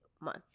month